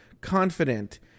confident